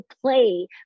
play